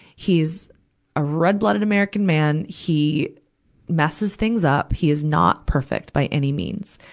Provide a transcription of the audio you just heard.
he is a red-blooded american man. he messes things up. he is not perfect, by any means.